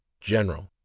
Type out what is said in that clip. general